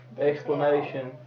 explanation